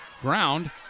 ground